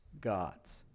gods